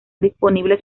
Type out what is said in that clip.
disponibles